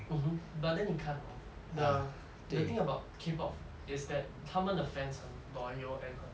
mmhmm but then 你看 ah the the thing about K pop is that 他们的 fans loyal and 很